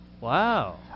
Wow